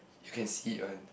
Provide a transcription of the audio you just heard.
you can see it one